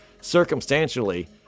circumstantially